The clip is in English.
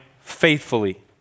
faithfully